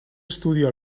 estudio